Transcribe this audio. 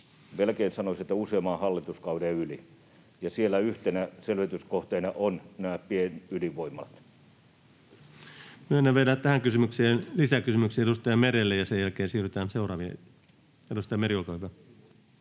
melkein sanoisin, useamman hallituskauden yli, ja siellä yhtenä selvityskohteena ovat nämä pienydinvoimalat. Myönnän vielä tähän kysymykseen lisäkysymyksen edustaja Merelle, ja sen jälkeen siirrytään seuraaviin. — Edustaja Meri, olkaa hyvä.